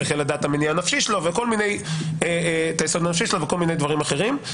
צריך יהיה לדעת את היסוד הנפשי שלו וכל מיני דברים אחרים.